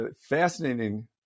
fascinating